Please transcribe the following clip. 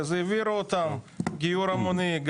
אז העבירו אותם גיור המוני.